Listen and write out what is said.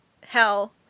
hell